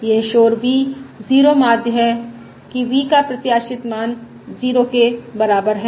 यह शोर v 0 माध्य है कि v का प्रत्याशित मान 0 के बराबर है